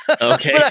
Okay